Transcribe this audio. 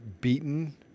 beaten